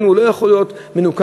הוא לא יכול להיות מנוכר,